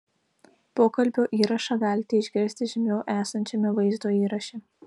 pokalbio įrašą galite išgirsti žemiau esančiame vaizdo įraše